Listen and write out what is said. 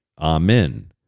Amen